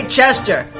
Chester